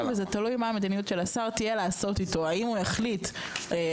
וזה תלוי מה תהיה המדיניות של השר לעשות איתו אם הוא יחליט לתקצב